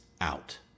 out